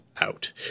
out